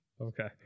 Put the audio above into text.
Okay